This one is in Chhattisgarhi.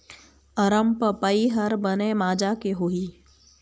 अरमपपई हर बने माजा के होही?